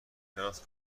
است